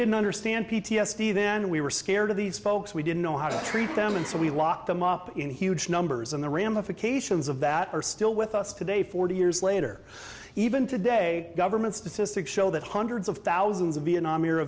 didn't understand p t s d then we were scared of these folks we didn't know how to treat them and so we lock them up in huge numbers and the ramifications of that are still with us today forty years later even today government statistics show that hundreds of thousands of vietnam era